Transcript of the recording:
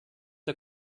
der